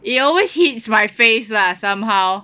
it always hits my face lah somehow